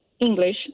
English